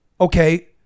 Okay